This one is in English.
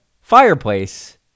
Fireplace